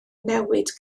newid